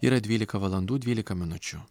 yra dvylika valandų dvylika minučių